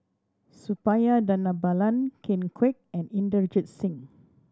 Suppiah Dhanabalan Ken Kwek and Inderjit Singh